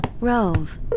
Rove